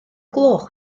gloch